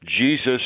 Jesus